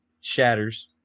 shatters